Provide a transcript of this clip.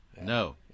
No